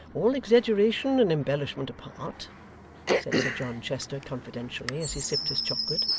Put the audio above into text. all exaggeration and embellishment apart said sir john chester, confidentially, as he sipped his chocolate,